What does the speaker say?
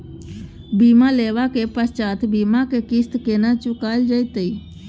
बीमा लेबा के पश्चात बीमा के किस्त केना चुकायल जेतै?